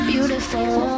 Beautiful